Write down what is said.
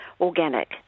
organic